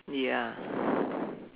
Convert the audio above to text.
ya